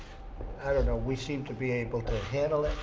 i don't know, we seem to be able to handle it.